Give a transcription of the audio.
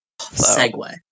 Segway